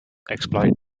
exploit